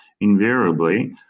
invariably